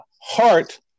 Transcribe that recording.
heart